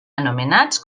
anomenats